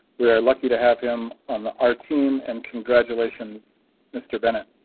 we are lucky to have him on our team and congratulations mr bennett.